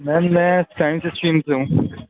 میم میں science stream سے ہوں